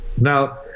Now